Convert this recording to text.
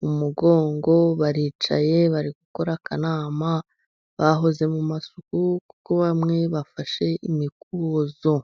mu mugongo, baricaye, bari gukora akanama, bahoze mu masuku, kuko bamwe bafashe imikubuzo.